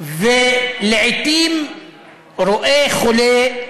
לעתים רואה חולה,